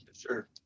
Sure